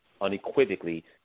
unequivocally